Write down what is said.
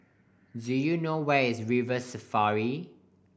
do you know where is River Safari